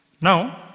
Now